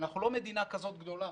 אנחנו לא מדינה כזאת גדולה